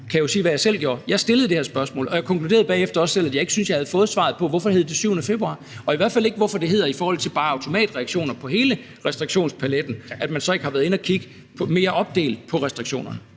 jeg stillede det her spørgsmål, og jeg konkluderede bagefter, at jeg ikke syntes, jeg havde fået et svar på, hvorfor det hed 7. februar, i hvert fald ikke et svar på – i forhold til automatreaktioner på hele restriktionspaletten – hvorfor man så ikke har været inde at kigge mere opdelt på restriktionerne.